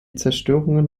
zerstörungen